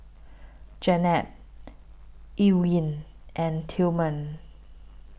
Janette Elwyn and Tillman